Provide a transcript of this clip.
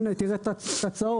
הנה תראה את התצ"אות,